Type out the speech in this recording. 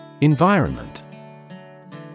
Environment